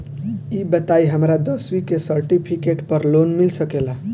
ई बताई हमरा दसवीं के सेर्टफिकेट पर लोन मिल सकेला?